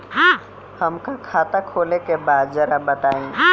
हमका खाता खोले के बा जरा बताई?